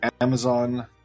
Amazon